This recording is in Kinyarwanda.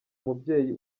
umubyeyi